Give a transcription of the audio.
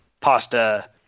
Pasta